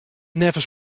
neffens